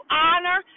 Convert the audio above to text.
honor